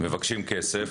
מבקשים כסף,